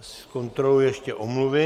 Zkontroluji ještě omluvy.